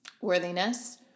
worthiness